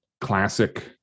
classic